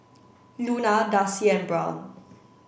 Luna Darcy and Brown